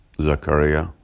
Zachariah